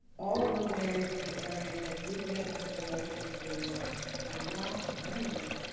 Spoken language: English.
all of those areas were the areas that didn't get much water and they were a lot whiter